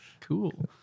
cool